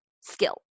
skill